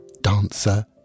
dancer